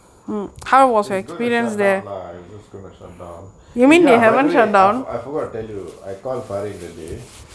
is gonna shutdown lah is this going to shutdown ya by the way I for~ I forgot tell you I call faryn that day